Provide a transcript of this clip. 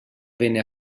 venne